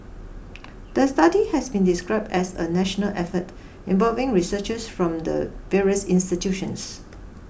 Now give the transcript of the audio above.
the study has been described as a national effort involving researchers from the various institutions